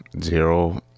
Zero